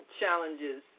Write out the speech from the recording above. challenges